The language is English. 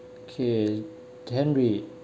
okay henry